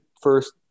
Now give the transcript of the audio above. first